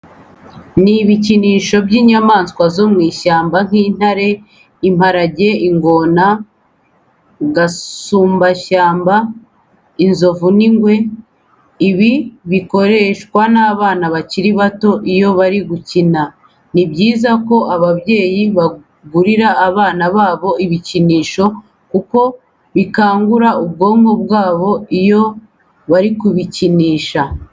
Ni ibikinisho by'inyamaswa zo mu ishyamba nk'intare, imparage, ingona, gasumbashyamba inzovu n'ingwe. Ibi bikoreshwa n'abana bakiri bato iyo bari gukina. Ni byiza ko ababyeyi bagurira abana babo ibikinisho kuko bikangura ubwonko bwabo iyo bari kubikinisha.